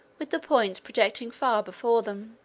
with the points projecting far before them.